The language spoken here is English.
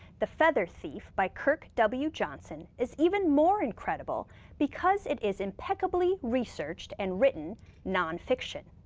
the feather thief by kirk w. johnson is even more incredible because it is impeccably researched and written nonfiction.